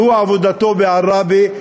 והוא, עבודתו בעראבה.